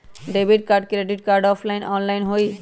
Debit card credit card offline online होई?